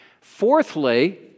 Fourthly